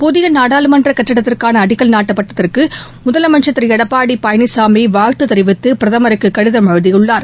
புதிய நாடாளுமன்ற கட்டிடத்திற்கான அடிக்கல் நாட்டப்பட்டதற்கு முதலமைச்சர் திரு எடப்பாடி பழனிசாமி வாழ்த்து தெரிவித்து பிரதமருக்கு கடிதம் எழுதியுள்ளார்